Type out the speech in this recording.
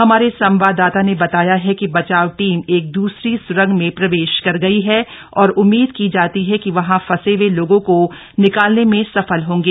हमारे संवाददाता ने बताया है कि बचाव टीम एक द्रसरी सुरंग में प्रवेश कर गई है और उम्मीद की जाती है कि वहां फंसे हए लोगों को निकालने में सफल होंगे